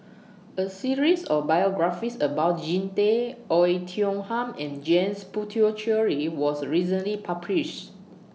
A series of biographies about Jean Tay Oei Tiong Ham and James Puthucheary was recently published